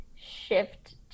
shift